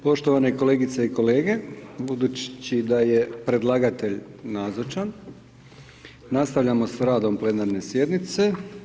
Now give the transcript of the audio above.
Poštovane kolegice i kolege, budući da je predlagatelj nazočan, nastavljamo s radom plenarne sjednice.